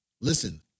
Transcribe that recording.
Listen